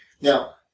Now